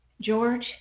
George